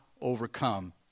overcome